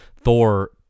Thor